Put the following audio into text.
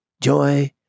joy